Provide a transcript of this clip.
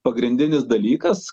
pagrindinis dalykas